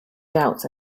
doubts